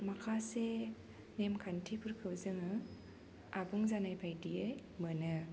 माखासे नेमखान्थिफोरखौ जोङो आबुं जानाय बायदियै मोनो